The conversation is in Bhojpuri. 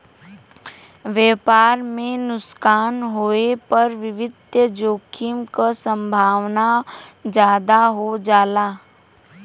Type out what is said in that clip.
व्यापार में नुकसान होये पर वित्तीय जोखिम क संभावना जादा हो जाला